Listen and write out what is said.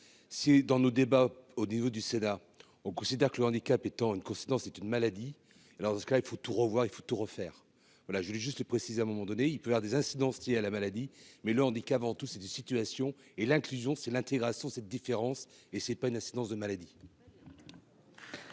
Si dans nos débats au niveau du sénat on considère que le handicap étant une coïncidence, c'est une maladie. Alors dans ce cas il faut tout revoir, il faut tout refaire. Voilà je voulais juste préciser, à un moment donné il peut avoir des incidences liées à la maladie mais le dit qu'avant tout c'est des situations et l'inclusion c'est l'intégration cette différence et c'est pas une incidence de maladie.--